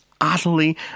utterly